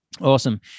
Awesome